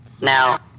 Now